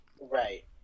right